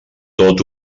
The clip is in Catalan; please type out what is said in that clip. tot